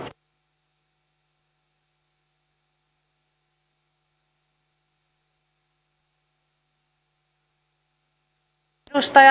edustaja lindtman